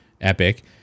Epic